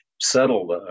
settled